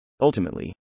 Ultimately